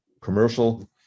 commercial